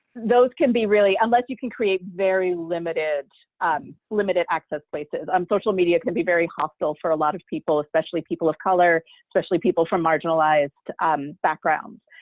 those can be really, unless you can create very limited limited access places. um social media can be very hostile for a lot of people especially people of color, especially people from marginalized backgrounds,